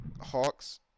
Hawks